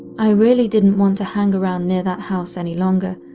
i really didn't want to hang around near that house any longer,